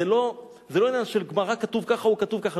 זה לא עניין שבגמרא כתוב ככה או כתוב ככה.